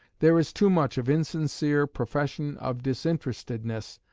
there is too much of insincere profession of disinterestedness,